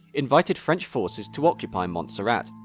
invited french forces to occupy montserrat,